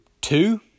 two